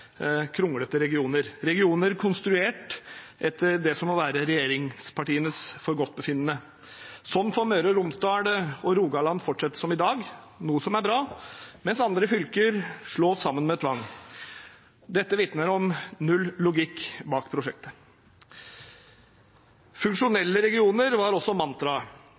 kronglete regioner, regioner konstruert etter det som må være regjeringspartienes forgodtbefinnende. Sånn får Møre og Romsdal og Rogaland fortsette som i dag, noe som er bra, mens andre fylker slås sammen med tvang. Dette vitner om null logikk bak prosjektet. «Funksjonelle regioner» var også